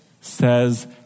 says